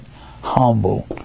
humble